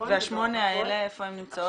וה-8 האלה, איפה הן נמצאות?